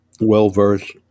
well-versed